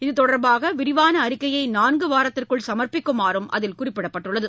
இதுதொடர்பாகவிரிவான அறிக்கையை நான்குவாரத்திற்குள் சமர்ப்பிக்குமாறம் அதில் குறிப்பிடப்பட்டுள்ளது